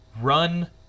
run